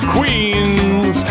Queens